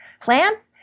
plants